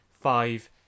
five